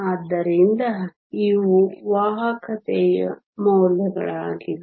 ಆದ್ದರಿಂದ ಇವು ವಾಹಕತೆಯ ಮೌಲ್ಯಗಳಾಗಿವೆ